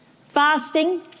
Fasting